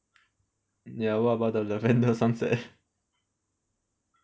ya what about the lavender sunset